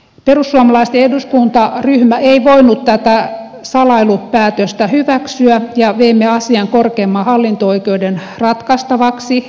perussuomalaisten eduskuntaryhmä ei voinut tätä salailupäätöstä hyväksyä ja veimme asian korkeimman hallinto oikeuden ratkaistavaksi